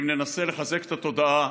אם ננסה לחזק את התודעה,